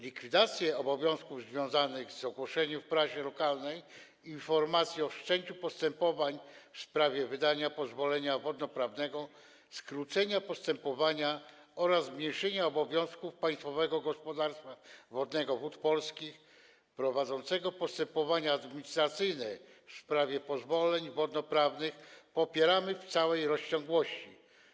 Likwidację obowiązków związanych z ogłaszaniem w prasie lokalnej informacji o wszczęciu postępowań w sprawie wydania pozwolenia wodnoprawnego, skrócenie postępowania oraz zmniejszenie obowiązków Państwowego Gospodarstwa Wodnego Wody Polskie prowadzącego postępowania administracyjne w sprawie pozwoleń wodnoprawnych popieramy w całej rozciągłości.